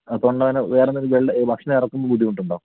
തൊണ്ടവേദന വേറെയെന്തെങ്കിലും ഭക്ഷണം ഇറക്കുമ്പോൾ ബുദ്ധിമുട്ടുണ്ടോ